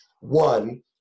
one